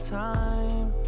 time